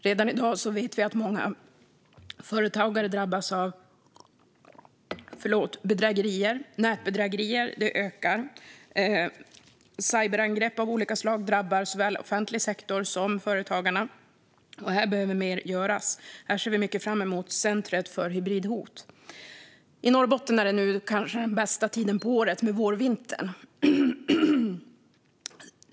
Redan i dag drabbas många företagare av bedrägerier. Nätbedrägerierna ökar. Cyberangrepp av olika slag drabbar såväl offentlig sektor som företagare. Här behöver mer göras. Vi ser starkt fram emot centret mot hybridhot. I Norrbotten är det nu kanske den bästa tiden på året: vårvintern.